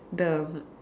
the